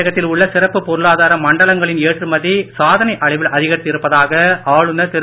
தமிழகத்தில் உள்ள சிறப்பு பொருளாதார மண்டலங்களின் ஏற்றுமதி சாதனை அளவில் அதிகரித்து இருப்பதாக ஆளுநர் திரு